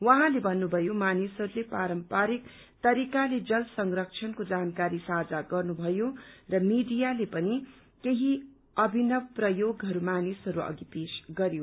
उहाँले भन्नुभयो मानिसहस्ले पारम्पारिक तरीकाले जल संरक्षणको जानकारी साझा गर्नुभयो र मीडियाले पनि केही अभिनव प्रयोगहरू मानिसहरू अघि पेश गरयो